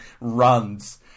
runs